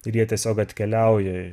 ir jie tiesiog atkeliauja